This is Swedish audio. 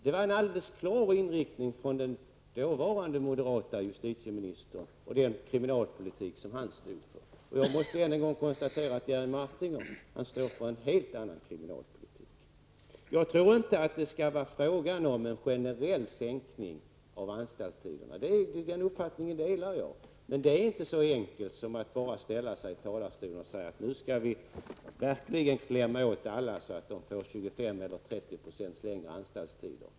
Det var en alldeles klar inriktning från den dåvarande moderate justitieministern och den kriminalpolitik som han stod för. Jag måste ännu en gång konstatera att Jerry Martinger står för en helt annan kriminalpolitik. Jag tror inte att det skall handla om en generell sänkning av anstaltstiderna. Den uppfattningen delar jag. Men det är inte så enkelt som att bara ställa sig i talarstolen och säga att nu skall vi verkligen klämma åt alla så att de får 25 eller 30 % längre anstaltstider.